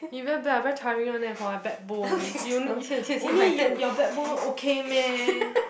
you very bad very tiring one eh for my backbone you only you your backbone okay meh